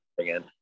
again